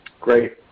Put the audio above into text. Great